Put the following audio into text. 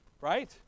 right